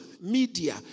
Media